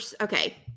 okay